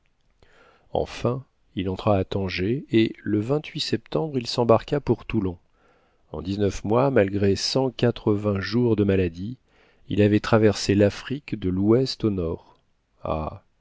enfin il entra à tanger et le septembre il s'embarqua pour toulon en dix-neuf mois malgré cent quatre-vingts jours de maladie il avait traversé l'afrique de l'ouest au nord ah